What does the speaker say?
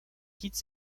quitte